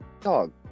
dog